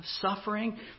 suffering